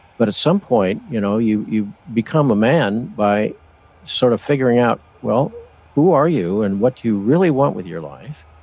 but at some point, you know you you become a man by sort of figuring out well, who are you and what do you really want with your life?